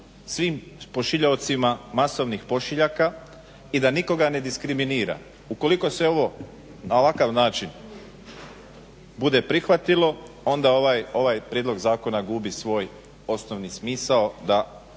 svim pošiljaocima masovnih pošiljaka i da nikoga ne diskriminira. Ukoliko se ovo na ovakav način bude prihvatilo onda ovaj prijedlog zakona gubi svoj osnovni smisao da